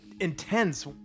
intense